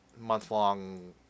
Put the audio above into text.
month-long